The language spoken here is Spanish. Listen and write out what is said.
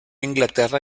inglaterra